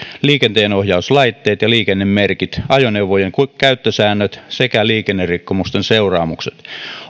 liikenteenohjauslaitteet ja liikennemerkit ajoneuvojen käyttösäännöt sekä liikennerikkomusten seuraamukset